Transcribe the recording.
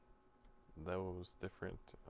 those different